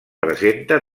presenta